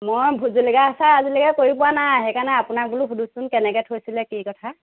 মই ভোটজলকীয়া আচাৰ আজিলেকৈ কৰি পোৱা নাই সেইকাৰণে আপোনাক বোলো সোধোচোন কেনেকৈ থৈছিল কি কথা